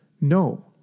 no